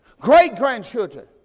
great-grandchildren